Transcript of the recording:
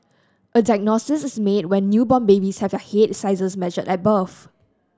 a diagnosis is made when newborn babies have their head sizes measured at birth